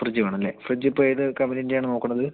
fridge വേണമല്ലേ ഫ്രിഡ്ജിപ്പോൾ ഏതു കമ്പനീൻ്റെയാണ് നോക്കണത്